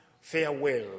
farewell